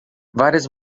várias